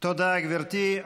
תודה, גברתי.